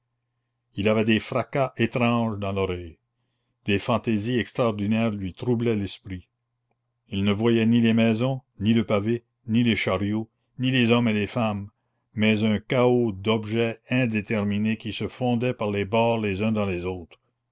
il avait des fracas étranges dans l'oreille des fantaisies extraordinaires lui troublaient l'esprit il ne voyait ni les maisons ni le pavé ni les chariots ni les hommes et les femmes mais un chaos d'objets indéterminés qui se fondaient par les bords les uns dans les autres